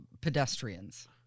pedestrians